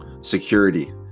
security